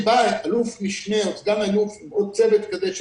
אם בא אלוף משנה או סגן אלוף עם עוד צוות כזה של